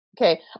okay